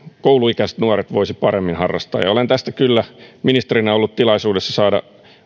kouluikäiset nuoret voisivat paremmin harrastaa ja olen tästä kyllä ministerinä ollut tilaisuudessa saada